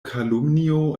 kalumnio